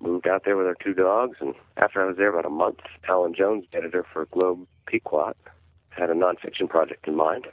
moved out there with our two dogs and after i was there about a month, helen jones, editor for globe pequot had a non-fiction project in mind and